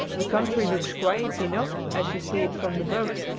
the country looks quiet enough as you see it from the boat,